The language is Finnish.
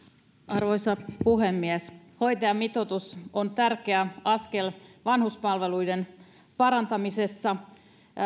arvoisa puhemies hoitajamitoitus on tärkeä askel vanhuspalveluiden parantamisessa